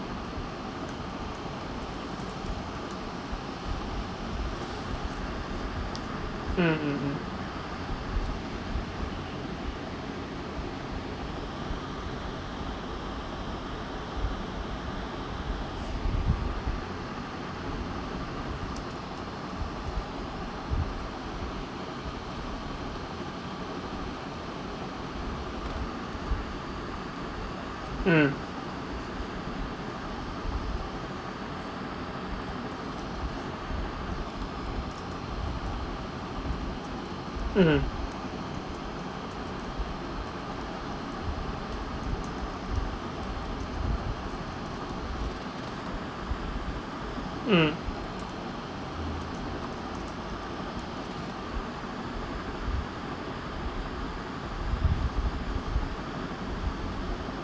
mm mm mm mm mmhmm mm